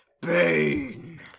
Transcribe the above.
Bane